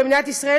למדינת ישראל,